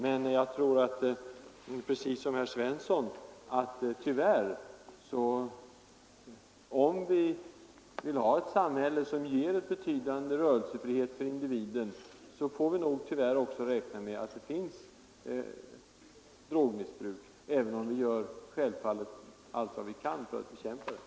Men jag tror precis som herr Svensson att om vi vill ha ett samhälle som ger betydande rörelsefrihet för individen så får vi nog tyvärr också räkna med att det finns missbruk, även om vi självfallet gör allt vad vi kan för att bekämpa det.